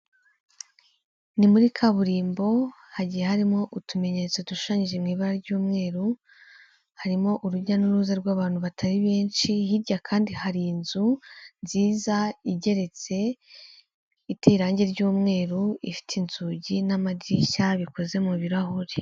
Ni muri kaburimbo, hagiye harimo utumenyetso dushushanyije mu ibara ry'umweru, harimo urujya n'uruza rw'abantu batari benshi, hirya kandi hari inzu nziza igeretse, iteye irange ry'umweru, ifite inzugi n'amadirishya, bikoze mu birarahuri.